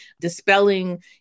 dispelling